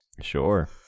Sure